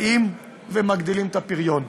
באים ומגדילים את הפריון.